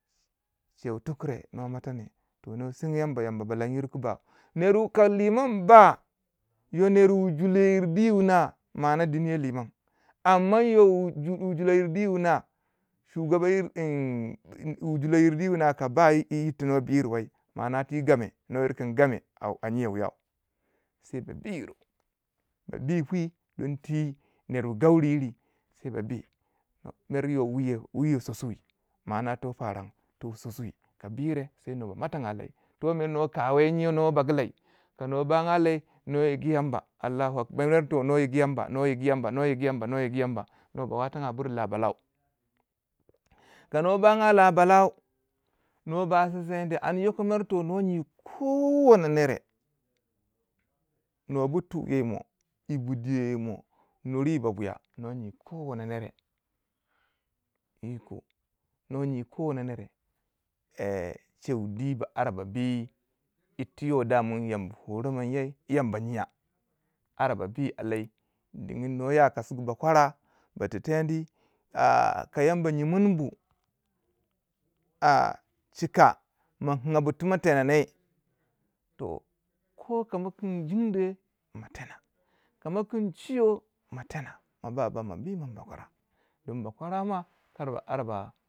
cheu tukure nua matane nua sengo yamba yambo balanyir kubau, nere ka liman ba yo nere wu julo yir di wuna ma'ana dinyo liman, amma yo wu jilo yir di wuna shugaba yir- in wu julo yir di wuna kaba yi yir ti nua biruwai ma'ana ti game nuo yir kun Game a nyiyau wuya sai ba bi yiro ba bwi kwi don ti nere wu gauri yiri sai ba bwi, mere yo wuyo tsosowe ma'ana to paran to tsosowe ka bwire sai nuo ba motanga lai tu nuo kanga yinno nwo bagu lai, ka nuo banga lai nuo yigu yamba Allahu akbar, mere nuo yigu yamba, nuo yigu yamba, nuo yigu yamba, nuo yigu yamba nuo ba watanga buri la bala, ka nuo banga la Bala nuo ba siseni an yoko mer to nuo nyi ko wono nere, nuo bu tu yi mo, bu diyo yi mo nuri yi ba buya nuo nyi ko wono nere iko nuo yi ko wane nere yi cheu di ba ara ba bwi yir ti yo daman yamba pore munyei ba nyiya ara ba bwi a lai dingin nwo ya kasigu bakwara ba tinteni a'a ka Yamba yinmumbu a'a chika ma kinganbu ti ma tena ne, toh koka ma pwei jinde ma tena, ka ma kun chiyo ma tena, ma ba ba ma bwi mun bakwara don ba bakwara ma kar ba.